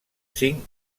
cinc